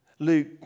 Luke